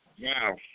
wow